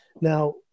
Now